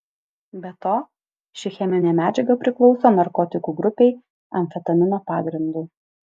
be to ši cheminė medžiaga priklauso narkotikų grupei amfetamino pagrindu